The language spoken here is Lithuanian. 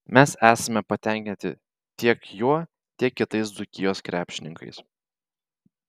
mes esame patenkinti tiek juo tiek kitais dzūkijos krepšininkais